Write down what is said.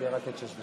על אשרה שנקראת אשרה